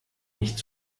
nicht